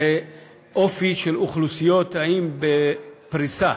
וזה האופי של אוכלוסיות: האם בפריסה